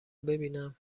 ببینم